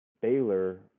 baylor